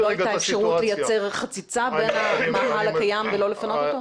אז עוד לא הייתה אפשרות לייצר חציצה בין המאהל הקיים ולא לפנות אותו?